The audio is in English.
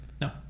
No